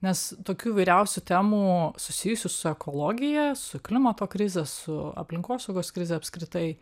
nes tokių įvairiausių temų susijusių su ekologija su klimato krize su aplinkosaugos krize apskritai